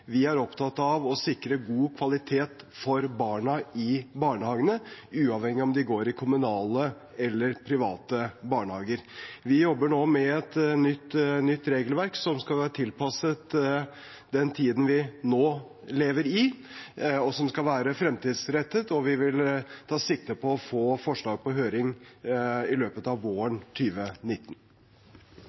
Vi er opptatt av å sikre god kvalitet for barna i barnehagene, uavhengig av om de går i kommunale eller private barnehager. Vi jobber nå med et nytt regelverk som skal være tilpasset den tiden vi nå lever i, og som skal være fremtidsrettet, og vi vil ta sikte på å få forslag på høring i løpet av våren